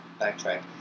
backtrack